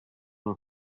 and